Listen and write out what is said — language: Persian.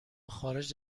خارج